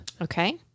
okay